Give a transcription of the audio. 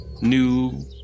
new